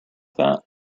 that